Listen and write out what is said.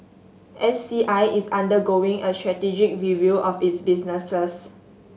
S C I is undergoing a strategic review of its businesses